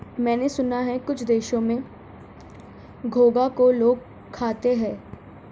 मैंने सुना है कुछ देशों में घोंघा को लोग खाते हैं